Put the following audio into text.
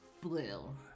blue